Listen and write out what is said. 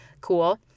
Cool